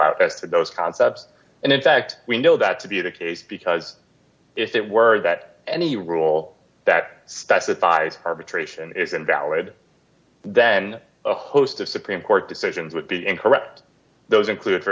to those concepts and in fact we know that to be the case because if it were that any rule that specifies arbitration is invalid then a host of supreme court decisions would be incorrect those include for